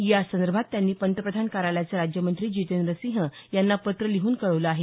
यासंदर्भात त्यांनी पंतप्रधान कार्यालयाचे राज्यमंत्री जितेंद्र सिंह यांना पत्र लिहून कळवलं आहे